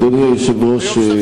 אדוני היושב-ראש,